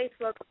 Facebook